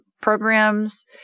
programs